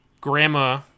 grandma